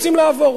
רוצים לעבור.